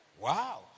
Wow